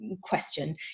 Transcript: question